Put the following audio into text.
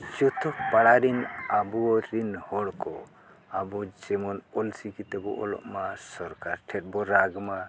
ᱡᱚᱛᱚ ᱯᱟᱲᱟ ᱨᱤᱱ ᱟᱵᱚ ᱨᱤᱱ ᱦᱚᱲ ᱠᱚ ᱟᱵᱚ ᱡᱮᱢᱚᱱ ᱚᱞ ᱪᱤᱠᱤ ᱛᱮᱵᱚ ᱚᱞᱚᱜ ᱢᱟ ᱥᱚᱨᱠᱟᱨ ᱴᱷᱮᱡ ᱵᱚ ᱨᱟᱜ ᱢᱟ